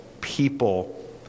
people